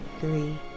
three